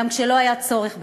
גם כשלא היה צורך בכך.